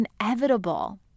inevitable